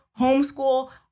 homeschool